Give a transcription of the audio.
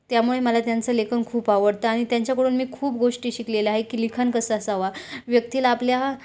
त्यामुळे मला त्यांचं लेखन खूप आवडतं आणि त्यांच्याकडून मी खूप गोष्टी शिकलेल्या आहे की लिखाण कसं असावा व्यक्तीला आपल्या